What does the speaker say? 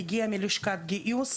הגיע מלשכת הגיוס,